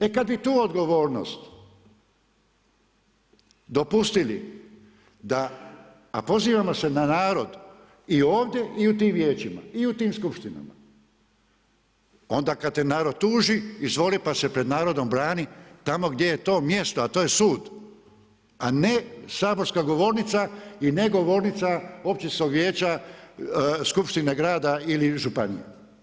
E kad bi tu odgovornost dopustili da, a pozivamo se narod i ovdje i u tim vijećima i u tim skupštinama, onda kad te narod tuži, izvoli pa se pred narodom brani tamo gdje je to mjesto a to je sud a ne saborska govornica i ne govornica općinskog vijeća, skupštine grada ili županija.